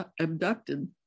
abducted